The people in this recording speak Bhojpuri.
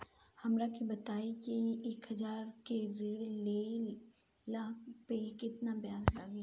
हमरा के बताई कि एक हज़ार के ऋण ले ला पे केतना ब्याज लागी?